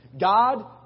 God